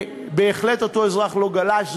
ובהחלט, אותו אזרח לא גלש.